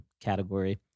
category